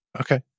Okay